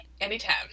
Anytime